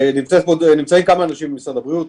נמצאים כמה אנשים ממשרד הבריאות.